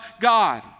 God